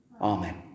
Amen